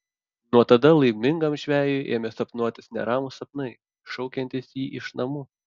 nuo tada laimingam žvejui ėmė sapnuotis neramūs sapnai šaukiantys jį iš namų